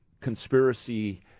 conspiracy